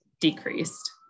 decreased